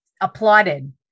applauded